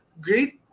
great